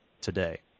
today